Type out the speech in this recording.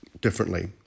differently